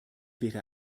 wäre